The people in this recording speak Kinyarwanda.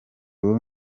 ubu